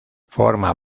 forma